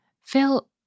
Phil